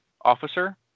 officer